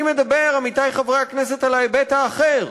אני מדבר, עמיתי חברי הכנסת, על ההיבט האחר,